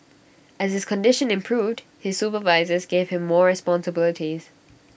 as his condition improved his supervisors gave him more responsibilities